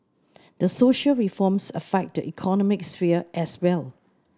the social reforms affect the economic sphere as well